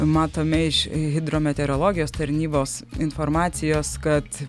matome iš hidrometeorologijos tarnybos informacijos kad